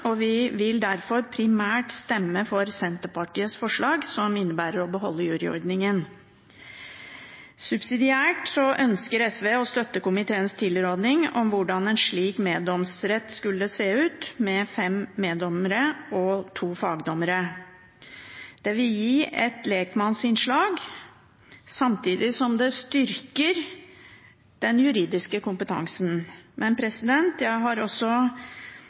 og vi vil derfor primært stemme for Senterpartiets forslag, som innebærer å beholde juryordningen. Subsidiært ønsker SV å støtte komiteens tilråding om hvordan en slik meddomsrett skal se ut – med fem meddommere og to fagdommere. Det vil gi et lekmannsinnslag, samtidig som det styrker den juridiske kompetansen. Men jeg har også